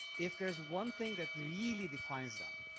if there's one thing that really defines them